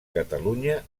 catalunya